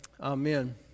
Amen